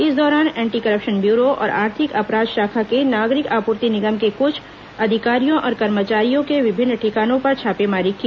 इस दौरान anti corruption bureau और आर्थिक अपराध शाखा ने नागरिक आपूर्ति निगम के कुछ अधिकारियों और कर्मचारियों के विभिन्न ठिकानों पर छापेमारी की